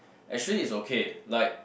actually is okay like